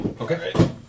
Okay